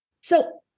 So-